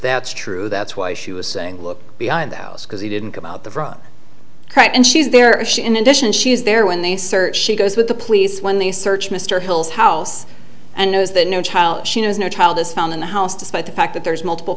that's true that's why she was saying look behind the house because he didn't come out the front right and she was there or she in addition she was there when they searched she goes with the police when they search mr hill's house and knows that no child she knows no child is found in the house despite the fact that there's multiple